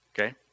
okay